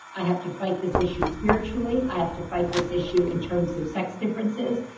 i have to fight this issue spiritually, i have to fight this issue in terms of sex differences,